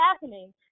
happening